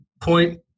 point